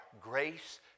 grace